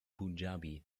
punjabi